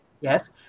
Yes